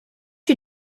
you